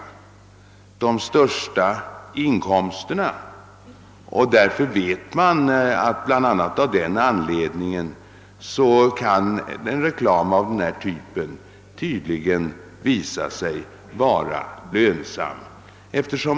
Vårt folk har de största inkomsterna och man vet att reklam av denna typ bl.a. på grund härav kan visa sig vara lönsam.